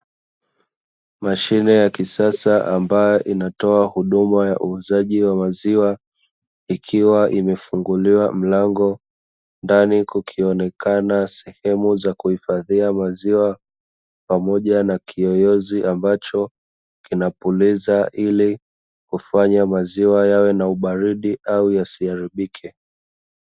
Mashine ya kisasa ambayo inatoa huduma ya uuzaji wa maziwa, ikiwa imefunguliwa mlango, ndani kukionekana sehemu za kuhifadhia maziwa, pamoja na kiyoyozi ambacho kinapuliza ili kufanya maziwa yawe na ubaridi au yasiharibike.